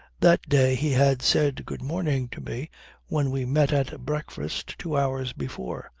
that day he had said good morning to me when we met at breakfast two hours before.